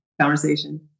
conversation